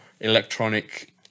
electronic